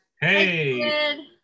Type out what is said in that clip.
Hey